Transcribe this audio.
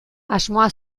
asmoa